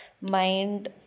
mind